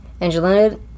Angelina